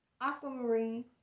aquamarine